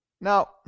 Now